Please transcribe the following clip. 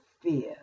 fear